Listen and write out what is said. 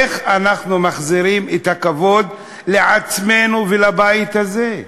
איך אנחנו מחזירים את הכבוד לעצמנו ולבית הזה?